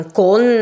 con